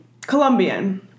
Colombian